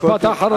משפט אחרון.